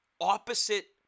opposite